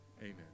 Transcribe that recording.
amen